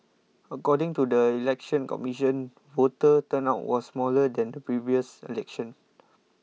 according to the Election Commission voter turnout was smaller than the previous election